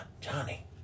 Johnny